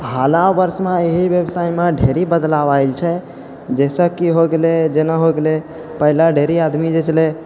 हाला वर्षमे एहि व्यवसायमे ढेरी बदलाव आयल छै जैसे की हो गेलै जेना हो गेलै पहले ढेरी आदमी जे छलै